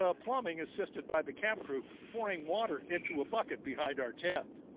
ah plumbing assisted by the camp crew pouring water into a bucket behind our tent.